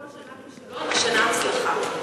כל שנה כישלון ושנה הצלחה,